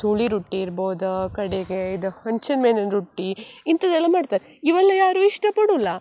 ಸುಳಿ ರೊಟ್ಟಿ ಇರ್ಬೋದು ಕಡೆಗೆ ಇದು ಹಂಚಿನ ಮೇಲಿನ ರೊಟ್ಟಿ ಇಂಥದ್ದೆಲ್ಲ ಮಾಡ್ತಾರೆ ಇವೆಲ್ಲ ಯಾರೂ ಇಷ್ಟಪಡುಲ್ಲ